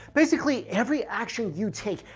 basically, every action you take,